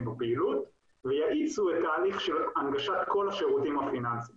בפעילות ותאיץ את ההליך של הנגשת כל השירותים הפיננסיים